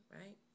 right